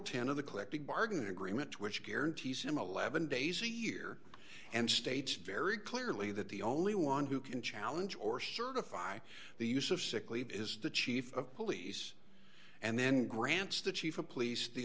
ten of the collective bargaining agreement which guarantees him eleven days a year and states very clearly that the only one who can challenge or certify the use of sick leave is the chief of police and then grants the chief of police the